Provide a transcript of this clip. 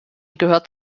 gehört